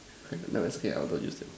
never mind it is okay I got used to it